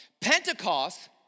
Pentecost